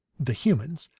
the humans,